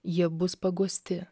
jie bus paguosti